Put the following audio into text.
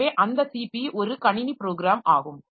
எனவே அந்த cp ஒரு கணினி ப்ரோக்ராம் ஆகும்